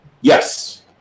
Yes